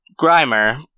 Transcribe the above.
Grimer